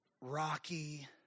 rocky